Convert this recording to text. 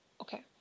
okay